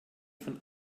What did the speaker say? von